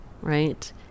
right